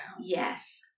Yes